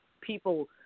people